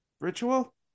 Ritual